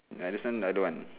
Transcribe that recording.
ya this one I don't want